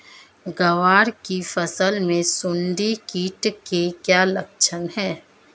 ग्वार की फसल में सुंडी कीट के क्या लक्षण है?